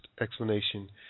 explanation